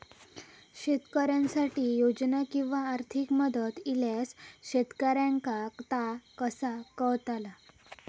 शेतकऱ्यांसाठी योजना किंवा आर्थिक मदत इल्यास शेतकऱ्यांका ता कसा कळतला?